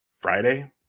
Friday